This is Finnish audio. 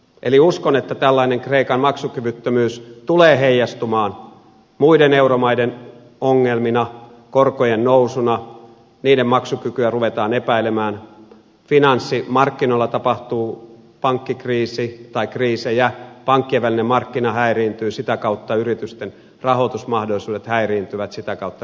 eli uskon että tällainen kreikan maksukyvyttömyys tulee heijastumaan muiden euromaiden ongelmina korkojen nousuna niiden maksukykyä ruvetaan epäilemään finanssimarkkinoilla tapahtuu pankkikriisi tai kriisejä pankkien välinen markkina häiriintyy sitä kautta yritysten rahoitusmahdollisuudet häiriintyvät sitä kautta reaalitalous kärsii